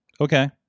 Okay